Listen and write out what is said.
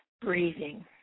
breathing